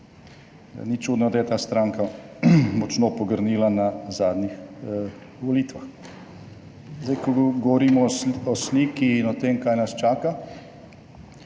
Ni čudno, da je ta stranka močno pogrnila na zadnjih volitvah. Zdaj, ko govorimo o sliki in o tem kaj nas čaka.